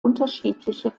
unterschiedliche